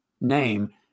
name